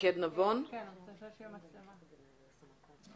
אני לגמרי מסכים איתם.